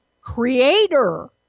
creator